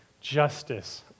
justice